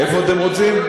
איפה אתם רוצים?